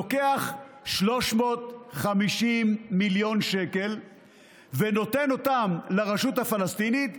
לוקח 350 מיליון שקל ונותן אותם לרשות הפלסטינית,